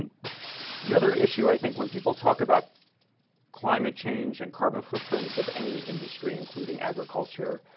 and the other issue i think when people talk about climate change and carbon footprints of any industry, including agriculture,